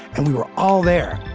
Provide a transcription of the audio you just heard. and we were all there